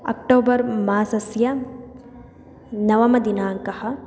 October मासस्य नवमदिनाङ्कः